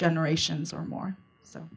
generations or more so